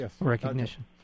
Recognition